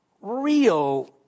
real